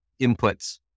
inputs